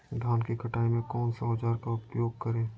धान की कटाई में कौन सा औजार का उपयोग करे?